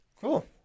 Cool